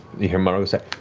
you hear maruo say,